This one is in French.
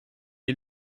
est